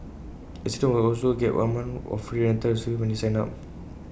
residents will also get one month of free rental service when they sign up